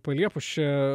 paliepus čia